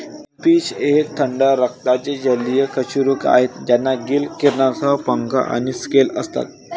finfish हे थंड रक्ताचे जलीय कशेरुक आहेत ज्यांना गिल किरणांसह पंख आणि स्केल असतात